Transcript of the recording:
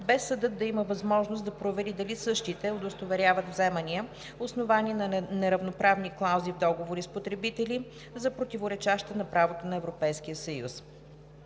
без съдът да има възможност да провери дали същите удостоверяват вземания, основани на неравноправни клаузи в договори с потребители, за противоречаща на правото на Европейския съюз.